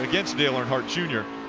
against dale earnhardt jr.